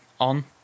on